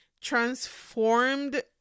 transformed